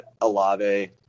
Alave